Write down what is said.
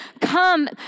come